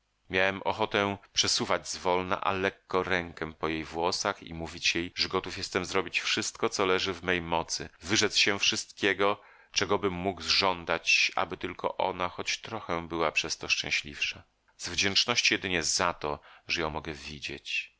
miałem ochotę przesuwać zwolna a lekko rękę po jej włosach i mówić jej że gotów jestem zrobić wszystko co leży w mej mocy wyrzec się wszystkiego czegobym mógł żądać aby tylko ona choć trochę była przez to szczęśliwsza z wdzięczności jedynie za to że ją mogę widzieć